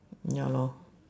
ya lor